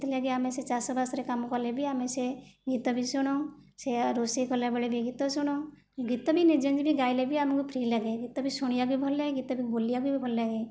ସେଥିଲାଗି ଆମେ ସେ ଚାଷବାସରେ କାମ କଲେବି ଆମେ ସେ ଗୀତ ବି ଶୁଣୁ ସେୟା ରୋଷେଇ କଲାବେଳେ ବି ଗୀତ ଶୁଣୁ ଗୀତ ବି ନିଜେ ନିଜେ ବି ଗାଇଲେ ବି ଆମକୁ ଫ୍ରୀ ଲାଗେ ଗୀତ ବି ଶୁଣିବାକୁ ବି ଭଲ ଲାଗେ ଗୀତ ବି ବୋଲିବାକୁ ବି ଭଲ ଲାଗେ